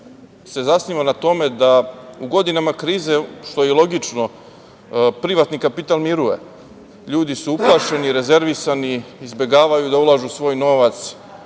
se zasniva na tome da u godinama krize, što je logično, privatni kapital miruje. Ljudi su uplašeni, rezervisani, izbegavaju da ulažu svoj novac,